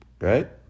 right